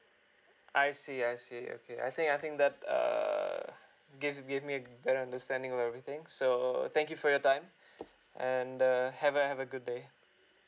I see I see okay I think I think that err gives give me a better understanding where we think so thank you for your time and uh have a have a good day